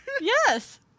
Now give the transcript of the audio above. yes